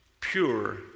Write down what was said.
pure